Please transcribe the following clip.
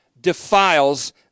defiles